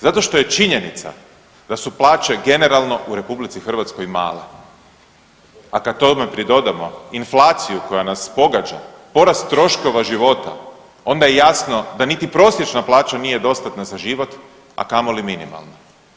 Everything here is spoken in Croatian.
Zato što je činjenica da su plaće generalno u RH male, a kada tome pridodamo inflaciju koja nas pogađa, porast troškova života onda je jasno da niti prosječna plaća nije dostatna za život, a kamoli minimalna.